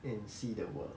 and see the world